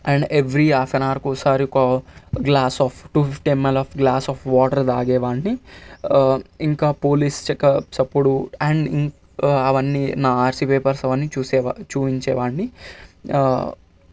and every of an అవర్కి ఒకసారి ఒక glass of two fifty ML glass of water తాగేవాడ్ని ఇంకా పోలీస్ చెకప్ చప్పుడు అండ్ అవన్నీ నా ఆర్సీ పేపర్స్ అవన్నీ చూసే వాడ్ని చూపించేవాడ్ని